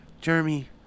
Jeremy